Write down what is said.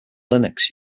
linux